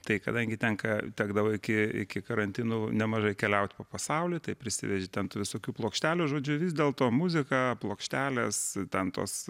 tai kadangi tenka tekdavo iki iki karantinų nemažai keliaut po pasaulį tai prisiveži ten tų visokių plokštelių žodžiu vis dėlto muzika plokštelės ten tos